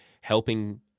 helping